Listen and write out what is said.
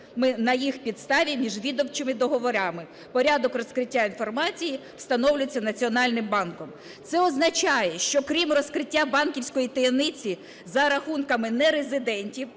на їх підставі міжвідомчими договорами. Порядок розкриття інформації встановлюється Національним банком. Це означає, що крім розкриття банківської таємниці за рахунками нерезидентів